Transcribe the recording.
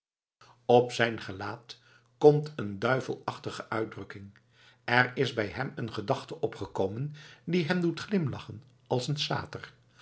op zijn gelaat komt een duivelachtige uitdrukking er is bij hem een gedachte opgekomen die hem doet glimlachen als een sater